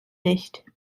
nicht